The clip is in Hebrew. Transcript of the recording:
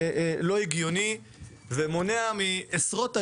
לא הגיוני ומונע מעשרות אלפי,